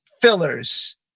fillers